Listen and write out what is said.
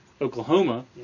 Oklahoma